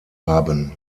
haben